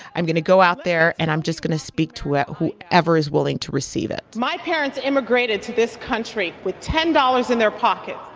i'm going to go out there, and i'm just going to speak to ah whoever is willing to receive it my parents immigrated to this country with ten dollars in their pockets,